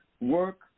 work